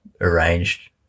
arranged